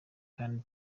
kandi